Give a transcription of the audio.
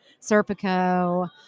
Serpico